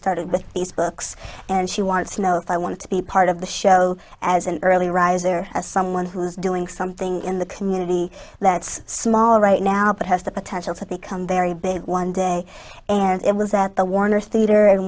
started with these books and she wants to know if i wanted to be part of the show as an early riser as someone who is doing something in the community that's small right now but has the potential to become very big one day and it was at the warner